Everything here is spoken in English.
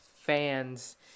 fans